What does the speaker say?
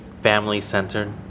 family-centered